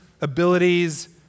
abilities